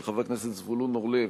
של חבר הכנסת זבולון אורלב,